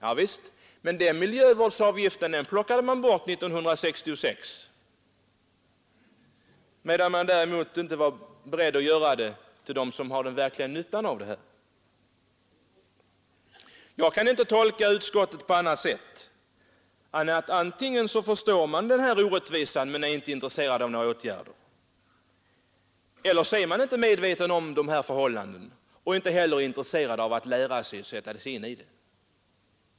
Ja visst, men den miljövårdsavgiften plockade man bort 1966, medan man däremot inte var beredd att göra det för den som har den verkliga nyttan av de här radioapparaterna. Jag kan inte tolka utskottets skrivelse på annat sätt än att man antingen förstår den här orättvisan men inte är intresserad av att vidta några åtgärder eller också inte är medveten om de här förhållandena och inte heller intresserad av att sätta sig in i dem.